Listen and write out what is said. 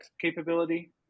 capability